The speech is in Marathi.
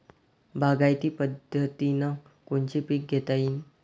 बागायती पद्धतीनं कोनचे पीक घेता येईन?